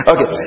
Okay